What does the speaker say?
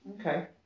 Okay